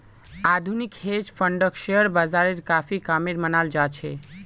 आधुनिक हेज फंडक शेयर बाजारेर काफी कामेर मनाल जा छे